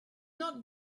not